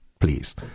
please